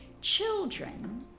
children